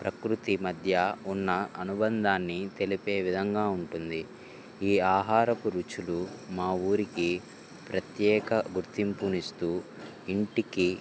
ప్రకృతి మధ్య ఉన్న అనుబంధాన్ని తెలిపే విధంగా ఉంటుంది ఈ ఆహారపు రుచులు మా ఊరికి ప్రత్యేక గుర్తింపును ఇస్తు ఇంటికి